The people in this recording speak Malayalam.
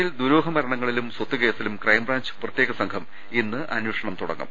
കരമനയിൽ ദുരൂഹ മരണങ്ങളിലും സ്വത്ത് കേസിലും ക്രൈബ്രാഞ്ച് പ്രത്യേക സംഘം ഇന്ന് അന്വേഷണം തുടങ്ങും